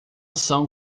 são